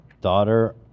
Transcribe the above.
daughter